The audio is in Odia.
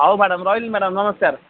ହେଉ ମ୍ୟାଡ଼ାମ୍ ରହିଲି ମ୍ୟାଡ଼ାମ୍ ନମସ୍କାର